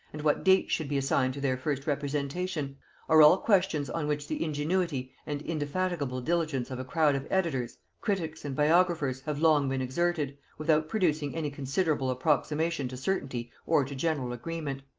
and what dates should be assigned to their first representation are all questions on which the ingenuity and indefatigable diligence of a crowd of editors, critics and biographers have long been exerted, without producing any considerable approximation to certainty or to general agreement.